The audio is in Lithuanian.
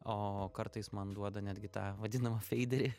o kartais man duoda netgi tą vadinamą feiderį